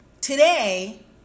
today